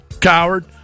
coward